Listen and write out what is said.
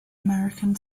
american